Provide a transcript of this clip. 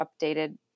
updated